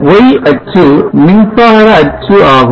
y அச்சு மின்சார அச்சு ஆகும்